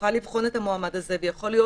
נוכל לבחון את המועמד הזה ויכול להיות